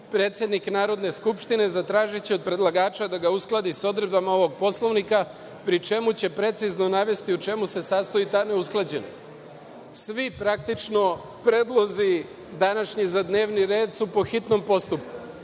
predsednik Narodne skupštine zatražiće od predlagača da ga uskladi sa odredbama ovog Poslovnika, pri čemu će precizno navesti u čemu se sastoji ta neusklađenost. Svi praktično predlozi današnji za dnevni red su po hitnom postupku